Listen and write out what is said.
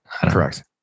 Correct